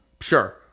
Sure